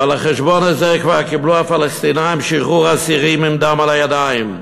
ועל החשבון הזה כבר קיבלו הפלסטינים שחרור אסירים עם דם על הידיים,